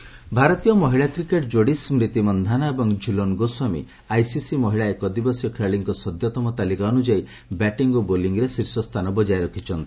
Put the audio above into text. ICC ranking ଭାରତୀୟ ମହିଳା cricket ଯୋଡ଼ି ସ୍କ୍ରିତି ମନ୍ଧାନା ଏବଂ ଝୁଲନ୍ ଗୋସ୍ୱାମୀ ଆଇସିସି ମହିଳା ଏକଦିବସୀୟ ଖେଳାଳିଙ୍କ ସଦ୍ୟତମ ତାଲିକା ଅନୁଯାୟୀ ବ୍ୟାଟିଂ ଓ ବୋଲିଂରେ ଶୀର୍ଷସ୍ଥାନ ବଜାୟ ରଖିଛନ୍ତି